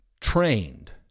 trained